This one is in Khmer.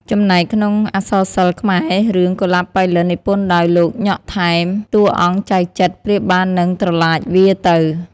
ចំណែកក្នុងអក្សរសិល្ប៍ខ្មែររឿង "កុលាបប៉ៃលិន" និពន្ធដោយ លោក ញ៉ុក ថែម តួអង្គ ចៅចិត្រ ប្រៀបបាននឹង "ត្រឡាចវារទៅ"។